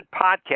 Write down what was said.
podcast